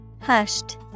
Hushed